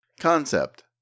Concept